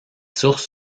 sources